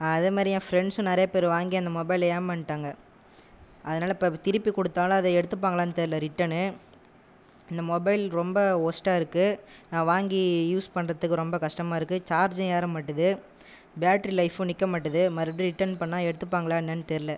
அதே மாதிரி என் ஃப்ரண்ட்ஸும் நிறைய பேர் வாங்கி அந்த மொபைலில் ஏமாந்துட்டாங்க அதனால் இப்போ திருப்பி கொடுத்தாலும் அது எடுத்துப்பாங்களானு தெரியலை ரிட்டனு இந்த மொபைல் ரொம்ப ஒர்ஸ்ட்டாக இருக்குது நான் வாங்கி யூஸ் பண்ணுறதுக்கு ரொம்ப கஷ்டமாக இருக்குது சார்ஜும் ஏற மாட்டுது பேட்டரி லைஃபும் நிற்க மாட்டுது மறுபடியும் ரிட்டன் பண்ணால் எடுத்துப்பாங்களா என்னென்னு தெரியலை